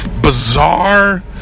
bizarre